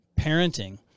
parenting